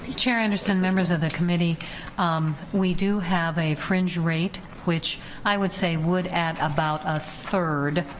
chair anderson, members of the committee we do have a fringe rate, which i would say would add about a third,